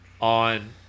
on